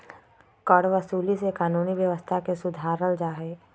करवसूली से कानूनी व्यवस्था के सुधारल जाहई